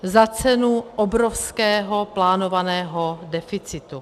Za cenu obrovského plánovaného deficitu.